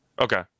Okay